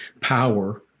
power